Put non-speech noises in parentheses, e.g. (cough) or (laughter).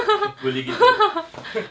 (laughs) boleh gitu (laughs)